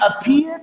appeared